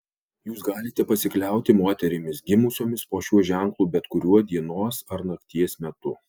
jūs galite pasikliauti moterimis gimusiomis po šiuo ženklu bet kuriuo dienos ar nakties metu